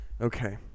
Okay